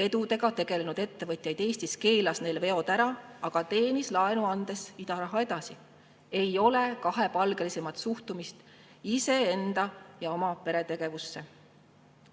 vedudega tegelenud ettevõtjaid Eestis, keelas neile veod ära, aga teenis laenu andes idaraha edasi. Ei ole kahepalgelisemat suhtumist iseenda ja oma pere tegevusse